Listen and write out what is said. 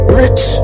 rich